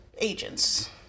agents